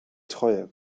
treue